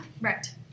Right